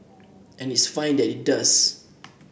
and it's fine that it does